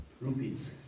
rupees